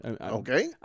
Okay